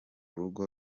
rugo